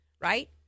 right